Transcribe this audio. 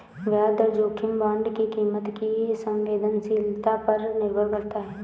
ब्याज दर जोखिम बांड की कीमत की संवेदनशीलता पर निर्भर करता है